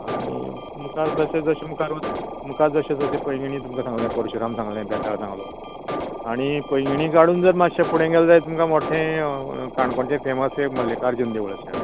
आनी मुखार जशे जशे मुखार वता मुखार जशे जशे पैंगिणीं तुमका परशुराम सांगले बेताळ सांगलो आनी पैंगिणी काडून जर मातशे फुडें गेल जायत तुमकां मोठ्ठें काणकोणचें फेमस एक मल्लिकार्जून देवूळ आसा